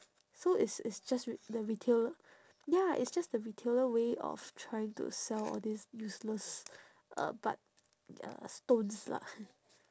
so it's it's just re~ the retailer ya it's just the retailer way of trying to sell all these useless uh but uh stones lah